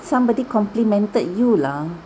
somebody complimented you lah